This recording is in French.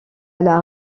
alla